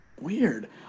Weird